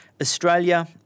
Australia